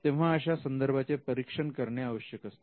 तेव्हा अशा संदर्भांचे परीक्षण करणे आवश्यक असते